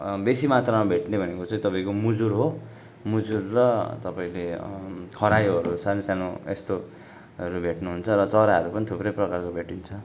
बेसी मात्रा भेट्ने भनेको चाहिँ तपाईँको मुजुर हो मजुर र तपाईँले खरायोहरू सानसानो यस्तोहरू भेट्नुहुन्छ र चराहरू पनि थुप्रै प्रकारको भेटिन्छ